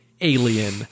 alien